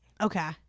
Okay